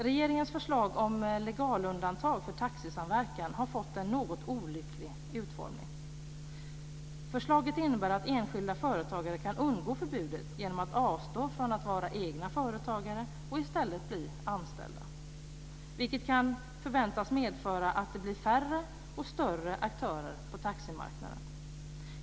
Regeringens förslag om legalundantag för taxisamverkan har fått en något olycklig utformning. Förslaget innebär att enskilda företagare kan undgå förbudet genom att avstå från att vara egna företagare och i stället bli anställda. Det kan förväntas medföra att det blir färre och större aktörer på taximarknaden.